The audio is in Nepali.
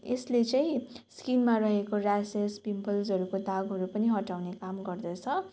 यसले चाहिँ स्किनमा रहेको र्यासेस पिम्पल्सहरूको दागहरू पनि हटाउने काम गर्दछ